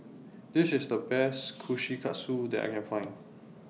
This IS The Best Kushikatsu that I Can Find